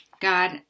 God